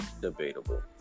Debatable